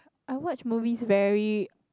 I watch movies very